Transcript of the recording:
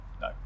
No